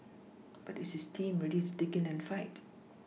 but is his team ready to dig in and fight